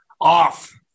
off